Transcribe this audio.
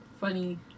funny